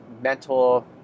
mental